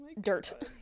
dirt